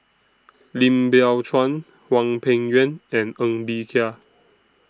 Lim Biow Chuan Hwang Peng Yuan and Ng Bee Kia